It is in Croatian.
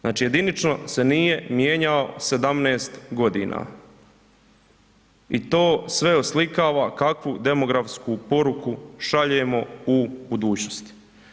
Znači jedinično se nije mijenjao 17 godina i to sve oslikava kakvu demografsku poruku šaljemo u budućnosti.